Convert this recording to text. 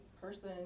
person